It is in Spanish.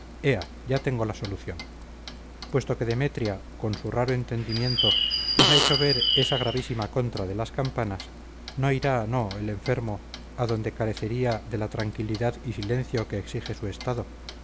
ya tengo la solución puesto que demetria con su raro entendimiento nos ha hecho ver esa gravísima contra de las campanas no irá no el enfermo a donde carecería de la tranquilidad y silencio que exige su estado